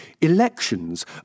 Elections